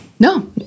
No